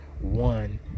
one